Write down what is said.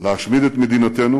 להשמיד את מדינתנו,